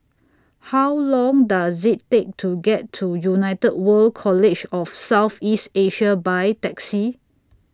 How Long Does IT Take to get to United World College of South East Asia By Taxi